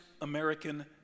American